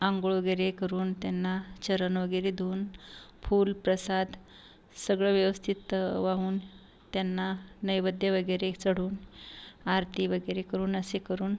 आंघोळ वगैरे करून त्यांना चरण वगैरे धुऊन फूल प्रसाद सगळं व्यवस्थित वाहून त्यांना नैवेद्य वगैरे चढवून आरती वगैरे करून असे करून